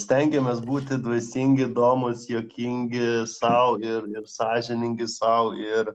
stengiamės būti dvasingi įdomūs juokingi sau ir ir sąžiningi sau ir